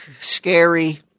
scary